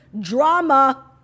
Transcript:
Drama